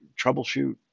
troubleshoot